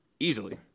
Easily